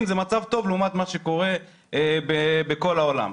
זה מצב טוב לעומת מה שקורה בכל העולם.